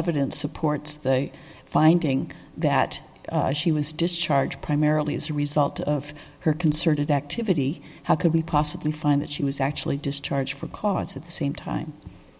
evidence support the finding that she was discharged primarily as a result of her concerted activity how could we possibly find that she was actually discharged for cause at the same time